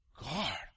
God